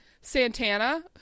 santana